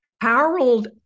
Harold